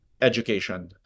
education